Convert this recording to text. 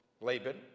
Laban